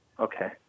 Okay